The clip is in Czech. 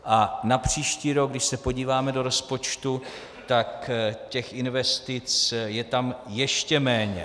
A na příští rok, když se podíváme do rozpočtu, tak těch investic je tam ještě méně.